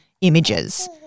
images